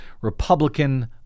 Republican